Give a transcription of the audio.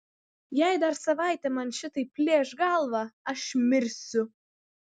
jei dar savaitę man šitaip plėš galvą aš mirsiu